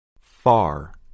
Far